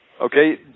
Okay